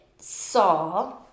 saw